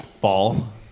Ball